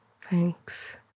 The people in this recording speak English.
thanks